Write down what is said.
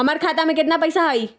हमर खाता में केतना पैसा हई?